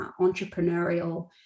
entrepreneurial